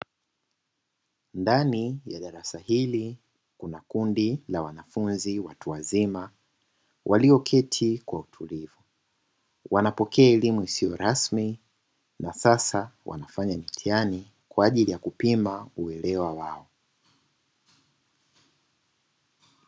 Ndani ya darasa hili kuna kundi la wanafunzi watu wazima, walioketi kwa utulivu wanapokea elimu isiyo rasmi na sasa wanafanya mtihani kwa ajili ya kupima uelewa wao.